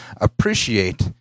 appreciate